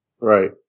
right